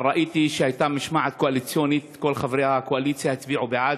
אבל ראיתי שהייתה משמעת קואליציונית: כל חברי הקואליציה הצביעו בעד,